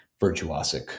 virtuosic